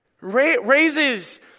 raises